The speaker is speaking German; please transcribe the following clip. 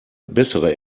bessere